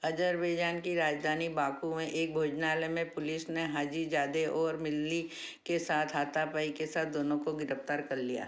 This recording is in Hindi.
अज़रबैजान की राजधानी बाकू में एक भोजनालय में पुलिस ने हाजीजादेह और मिल्ली के साथ हाथापाई के बाद दोनों को गिरफ़्तार कर लिया